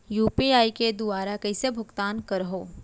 UPI के दुवारा कइसे भुगतान करहों?